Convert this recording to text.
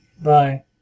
Bye